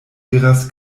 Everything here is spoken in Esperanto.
iras